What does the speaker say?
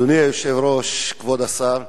אדוני היושב-ראש, כבוד השר,